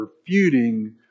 refuting